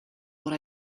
what